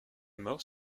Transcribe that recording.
mort